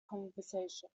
conversation